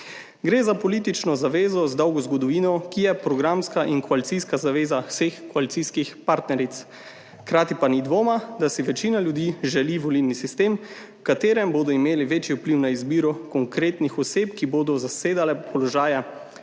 gre za politično zavezo z dolgo zgodovino, ki je programska in koalicijska zaveza vseh koalicijskih partneric, hkrati pa ni dvoma, da si večina ljudi želi volilni sistem, v katerem bodo imeli večji vpliv na izbiro konkretnih oseb, ki bodo zasedale položaje